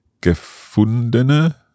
gefundene